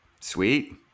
Sweet